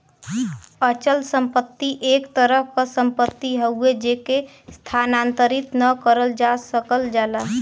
अचल संपत्ति एक तरह क सम्पति हउवे जेके स्थानांतरित न करल जा सकल जाला